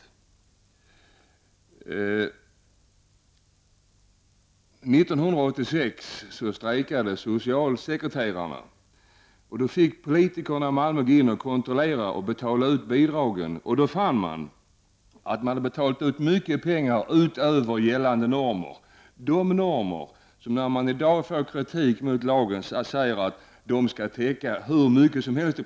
År 1986 strejkade socialsekreterarna i Malmö. Då fick politikerna gå in, kontrollera och betala ut socialbidragen. Då fann man att det hade betalats ut mycket mer pengar än enligt gällande normer, de normer som man kanske kritiserar i dag men som i princip skall täcka hur mycket som helst.